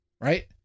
right